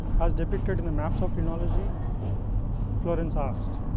as depicted in the maps of phrenology flourens asked,